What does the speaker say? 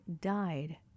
died